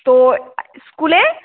তো স্কুলে